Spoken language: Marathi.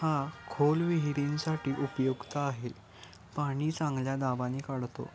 हा खोल विहिरींसाठी उपयुक्त आहे पाणी चांगल्या दाबाने काढतो